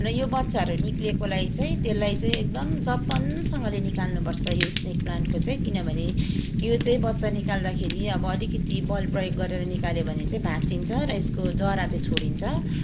र यो बच्चाहरू निक्लेकोलाई चाहिँ त्यसलाई चाहिँ एकदम जतनसँगले निकाल्नुपर्छ यो स्नेक प्लान्टको चाहिँ किनभने यो चाहिँ बच्चा निकाल्दाखेरि अब अलिकति बल प्रयोग गरेर निकाल्यो भने चाहिँ भाँचिन्छ र यसको जरा चाहिँ छोडिन्छ